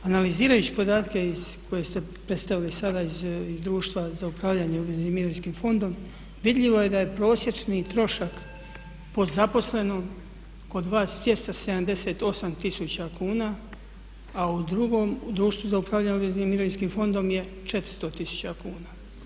Analizirajući podatke iz koje ste predstavili sada iz društva za upravljanje obveznim mirovinskim fondom vidljivo je da je prosječni trošak pod zaposleno kod vas 278 tisuća kuna a u drugom, u društvu za upravljanje obveznim mirovinskim fondom je 400 tisuća kuna.